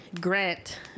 Grant